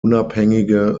unabhängige